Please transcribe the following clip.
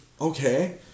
okay